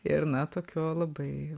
ir na tokio labai